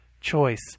choice